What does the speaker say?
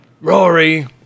Rory